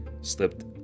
slipped